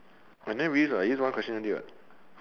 I never use what I use one question only what